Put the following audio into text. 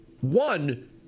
One